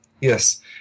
Yes